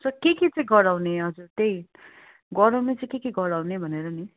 sir के के चाहिँ गराउने हजुर त्यही गराउनु चाहिँ के के गराउने भनेर नि